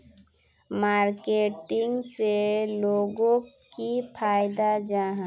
Marketing से लोगोक की फायदा जाहा?